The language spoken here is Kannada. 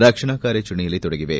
ರಕ್ಷಣಾ ಕಾರ್ಯಾಚರಣೆಯಲ್ಲಿ ತೊಡಗಿದೆ